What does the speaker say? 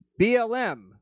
BLM